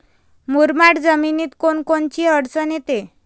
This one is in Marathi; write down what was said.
मुरमाड जमीनीत कोनकोनची अडचन येते?